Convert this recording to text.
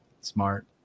Smart